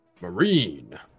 Marine